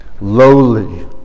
lowly